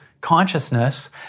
consciousness